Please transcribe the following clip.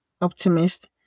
optimist